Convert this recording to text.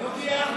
לא תהיה,